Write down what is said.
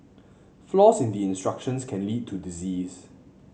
flaws in the instructions can lead to disease